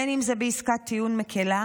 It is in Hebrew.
בין אם זה בעסקת טיעון מקילה